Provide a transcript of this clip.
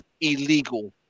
illegal